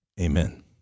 Amen